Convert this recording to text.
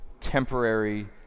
temporary